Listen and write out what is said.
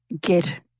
get